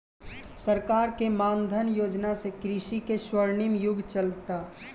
सरकार के मान धन योजना से कृषि के स्वर्णिम युग चलता